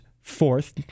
fourth